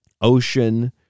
ocean